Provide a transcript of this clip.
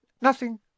Nothing